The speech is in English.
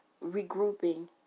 regrouping